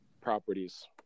properties